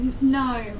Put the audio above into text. no